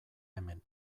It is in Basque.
hemen